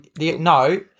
no